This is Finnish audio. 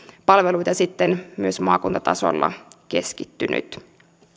palveluita sitten myös maakuntatasolla keskittynyt